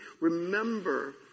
remember